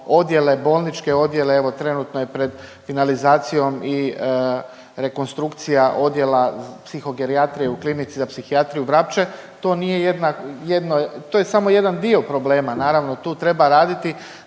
bolničke odjele, evo, trenutno je pred finalizacijom i rekonstrukcija Odjela psihogerijatrije u Klinici za psihijatriju Vrapče, to nije jedna, jedno, to je samo jedan dio problema, naravno. Tu treba raditi